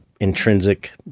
intrinsic